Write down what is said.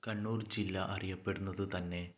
കണ്ണൂർ ജില്ലാ അറിയപ്പെടുന്നത് തന്നെ